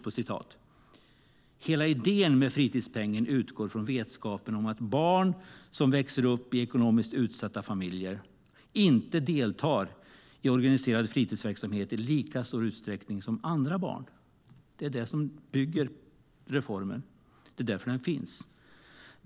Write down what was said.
"Hela idén med fritidspengen utgår från vetskapen om att barn som växer upp i ekonomiskt utsatta familjer inte deltar i organiserad fritidsverksamhet i lika stor utsträckning som andra barn. Det är därför som reformen genomfördes.